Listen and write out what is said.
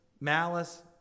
malice